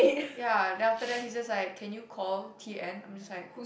ya then after that he just like can you call T_N I'm just like